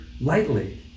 lightly